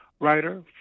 writer